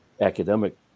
academic